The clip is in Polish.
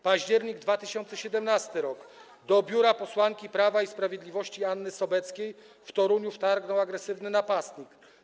Październik 2017 r.: Do biura posłanki Prawa i Sprawiedliwości Anny Sobeckiej w Toruniu wtargnął agresywny napastnik.